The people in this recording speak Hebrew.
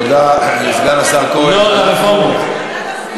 תודה לסגן השר כהן.